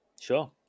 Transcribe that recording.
sure